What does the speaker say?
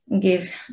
give